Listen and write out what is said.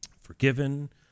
Forgiven